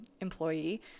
employee